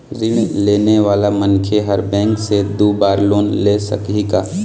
ऋण लेने वाला मनखे हर बैंक से दो बार लोन ले सकही का?